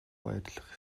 баярлах